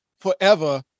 forever